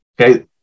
Okay